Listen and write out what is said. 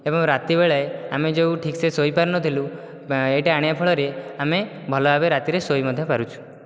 ଏବଂ ରାତିବେଳେ ଆମେ ଯେଉଁ ଠିକସେ ଶୋଇପାରୁନଥୁଲୁ ଏଇଟା ଆଣିବା ଫଳରେ ଆମେ ଭଲଭାବେ ରାତିରେ ଶୋଇ ମଧ୍ୟ ପାରୁଛୁ